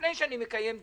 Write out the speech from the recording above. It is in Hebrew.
לפני שאני מקיים דיון,